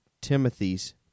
Timothy's